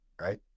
right